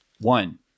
one